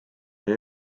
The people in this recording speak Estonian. oli